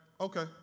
okay